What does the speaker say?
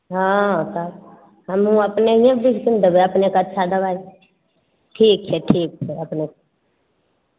हँ तब हमहुँ अपनहिए बीस दिन देबै अपने के अच्छा दबाइ ठीक छै ठीक छै अपने